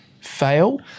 fail